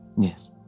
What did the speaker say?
Yes